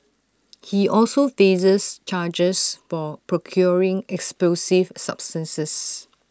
he also faces charges for procuring explosive substances